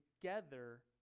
together